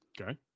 Okay